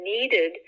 needed